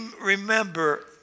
remember